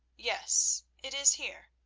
yes it is here,